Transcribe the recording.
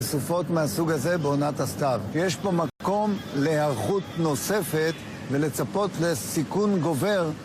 סופות מהסוג הזה בעונת הסתיו, יש פה מקום להיערכות נוספת ולצפות לסיכון גובר